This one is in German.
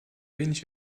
wenig